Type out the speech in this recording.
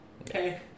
Okay